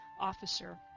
officer